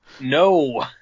No